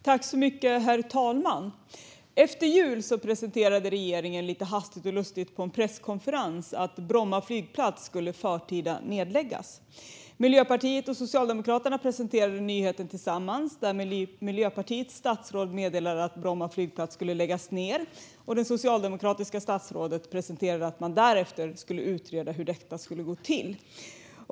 Herr talman! Efter jul presenterade regeringen lite hastigt och lustigt på en presskonferens att Bromma flygplats ska läggas ned i förtid. Miljöpartiet och Socialdemokraterna presenterade nyheten tillsammans. Miljöpartiets statsråd meddelade att Bromma flygplats ska läggas ned, och det socialdemokratiska statsrådet presenterade därefter att man ska utreda hur detta ska gå till.